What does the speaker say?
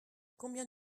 combien